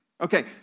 Okay